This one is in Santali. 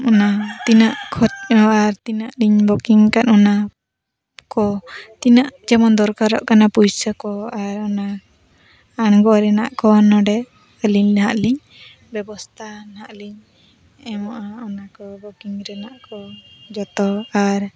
ᱚᱱᱟ ᱛᱤᱱᱟᱹᱜ ᱠᱷᱚᱨᱪᱟᱣᱟ ᱟᱨ ᱛᱤᱱᱟᱹᱜ ᱞᱤᱧ ᱵᱚᱠᱤᱝ ᱟᱠᱟᱫ ᱚᱱᱟ ᱠᱚ ᱛᱤᱱᱟᱹᱜ ᱡᱮᱢᱚᱱ ᱫᱚᱨᱠᱟᱨᱚᱜ ᱠᱟᱱᱟ ᱯᱚᱭᱥᱟ ᱠᱚ ᱟᱨ ᱚᱱᱟ ᱟᱬᱜᱚ ᱨᱮᱱᱟᱜ ᱠᱚᱣᱟ ᱱᱚᱰᱮ ᱟᱹᱞᱤᱧ ᱱᱟᱦᱟᱜ ᱞᱤᱧ ᱵᱮᱵᱚᱥᱛᱟ ᱱᱟᱦᱟᱜ ᱞᱤᱧ ᱮᱢᱚᱜᱼᱟ ᱚᱱᱟ ᱠᱚ ᱵᱩᱠᱤᱝ ᱨᱮᱱᱟᱜ ᱠᱚ ᱡᱚᱛᱚ ᱟᱨ